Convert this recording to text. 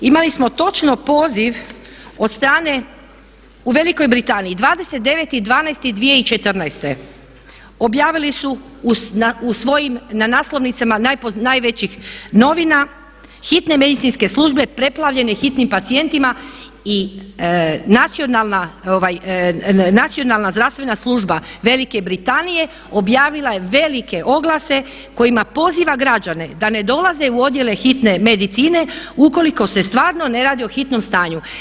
Imali smo točno poziv od strane, u Velikoj Britaniji 29.12.2014. objavili su u svojim, na naslovnicama najvećih novina hitne medicinske službe prepravljene hitnim pacijentima i nacionalna zdravstvena služba Velike Britanije objavila je velike oglase kojima poziva građane kojima poziva građane da ne dolaze u odjele hitne medicine ukoliko se stvarno ne radi o hitnom stanju.